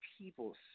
people